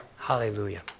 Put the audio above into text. Hallelujah